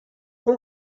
اون